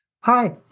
Hi